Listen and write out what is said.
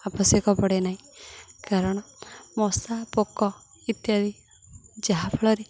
ଆବଶ୍ୟକ ପଡ଼େ ନାହିଁ କାରଣ ମଶା ପୋକ ଇତ୍ୟାଦି ଯାହା ଫଳରେ